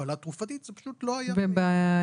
הפלה תרופתית, פשוט לא היה, ובאינטרנט